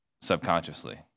subconsciously